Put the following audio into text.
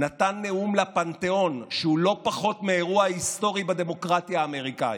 נתן נאום לפנתיאון שהוא לא פחות מאירוע היסטורי בדמוקרטיה האמריקאית,